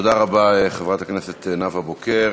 תודה רבה, חברת הכנסת נאוה בוקר.